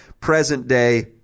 Present-day